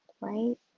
right